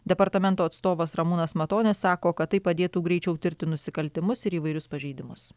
departamento atstovas ramūnas matonis sako kad tai padėtų greičiau tirti nusikaltimus ir įvairius pažeidimus